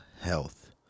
health